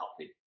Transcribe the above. healthy